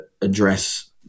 address